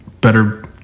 better